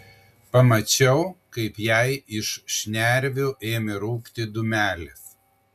pamačiau kaip jai iš šnervių ėmė rūkti dūmelis